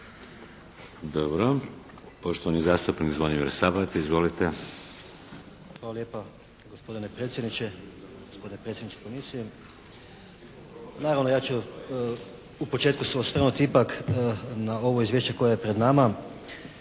Dobro. Poštovani zastupnik Zvonimir Sabati. Izvolite. **Sabati, Zvonimir (HSS)** Hvala lijepa gospodine predsjedniče, gospodine predsjedniče komisije. Naravno ja ću u početku se osvrnuti ipak na ovo izvješće koje je pred nama.